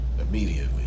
Immediately